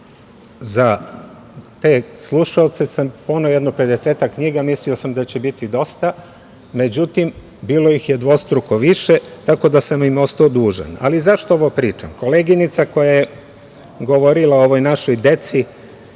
za te slušaoce sam poneo jedno pedesetak knjiga, mislio sam da će biti dosta. Međutim, bilo ih je dvostruko više, tako da sam im ostao dužan.Zašto ovo pričam? Koleginica koja je govorila o ovoj našoj deci